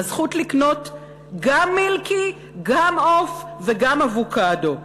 הזכות לקנות גם מילקי, גם עוף וגם אבוקדו,